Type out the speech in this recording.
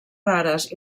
rares